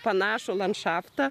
panašų landšaftą